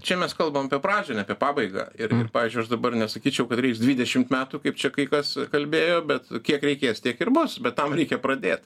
čia mes kalbam apie pradžią ne apie pabaigą ir pavyzdžiui aš dabar nesakyčiau kad reiks dvidešimt metų kaip čia kai kas kalbėjo bet kiek reikės tiek ir bus bet tam reikia pradėt